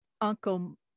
Uncle